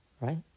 Right